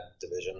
division